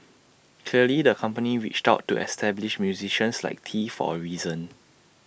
clearly the company reached out to established musicians like tee for A reason